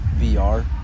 VR